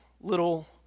little